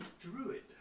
Druid